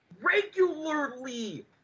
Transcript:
regularly